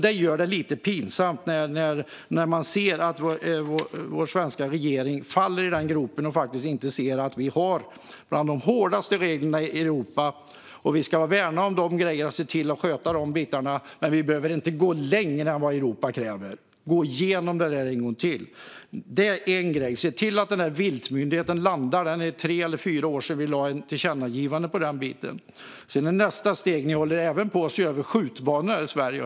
Det är lite pinsamt när man ser att vår svenska regering faller i den gropen och faktiskt inte ser att vi har bland de hårdaste reglerna i Europa. Vi ska värna om dessa grejer och se till att sköta de bitarna, men vi behöver inte gå längre än vad Europa kräver. Gå igenom detta en gång till! Se till att viltmyndigheten landar! Det är tre eller fyra år sedan vi lade fram ett tillkännagivande om den. Sedan är det nästa steg. Ni håller även på att se över skjutbanor här i Sverige.